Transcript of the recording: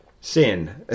sin